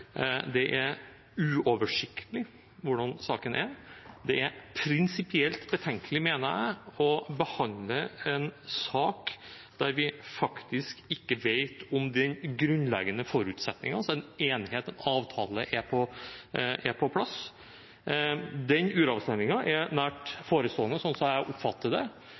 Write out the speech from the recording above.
det er uoversiktlig hvordan saken er. Det er prinsipielt betenkelig, mener jeg, å behandle en sak der vi faktisk ikke vet om den grunnleggende forutsetningen, altså enighet om en avtale, er på plass. Den uravstemningen er nært forestående, slik jeg oppfatter det.